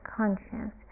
conscious